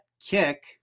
kick